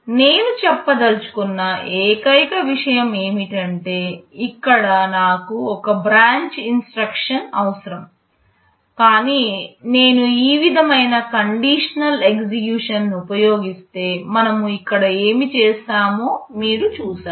నేను చెప్పదలచుకున్న ఏకైక విషయం ఏమిటంటే ఇక్కడ నాకు ఒక బ్రాంచ్ ఇన్స్ట్రక్షన్ అవసరం కానీ నేను ఈ విధమైన కండిషనల్ ఎగ్జిక్యూషన్ను ఉపయోగిస్తే మనము ఇక్కడ ఏమి చేసామో మీరు చూశారా